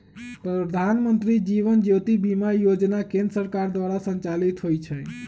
प्रधानमंत्री जीवन ज्योति बीमा जोजना केंद्र सरकार द्वारा संचालित होइ छइ